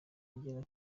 igera